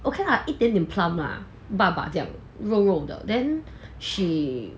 okay lah 一点点 plump bakbak 这样肉肉 then she